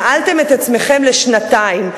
נעלתם את עצמכם לשנתיים,